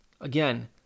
again